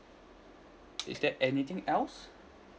is there anything else